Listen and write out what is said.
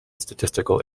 statistical